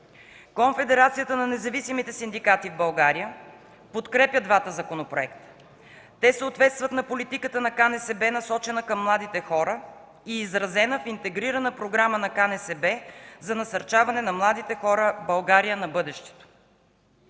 Конфедерацията на независимите синдикати в България подкрепя двата законопроекта. Те съответстват на политиката на КНСБ насочена към младите хора и изразена в „Интегрирана програма на КНСБ за насърчаване на младите хора „България на бъдещето”.